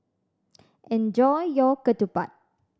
enjoy your ketupat